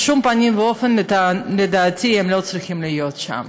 בשום פנים ואופן, לדעתי, הם לא צריכים להיות שם.